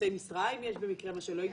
נושאי משרה, אם יש במקרה, מה שלא הגיוני.